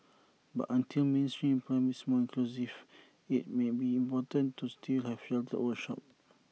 but until mainstream employment is more inclusive IT may be important to still have sheltered workshops